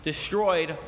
destroyed